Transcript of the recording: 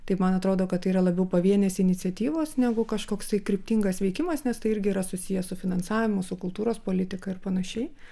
taip man atrodo kad yra labiau pavienės iniciatyvos negu kažkoksai kryptingas veikimas nes tai irgi yra susiję su finansavimu su kultūros politika ir panašiai